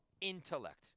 intellect